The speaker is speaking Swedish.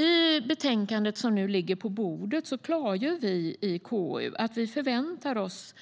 I det betänkande som nu ligger på bordet klargör vi i KU att vi från och med nu förväntar oss